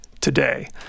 today